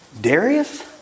Darius